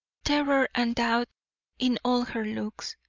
terror and doubt in all her looks.